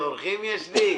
מי בעד התיקון הנוסף?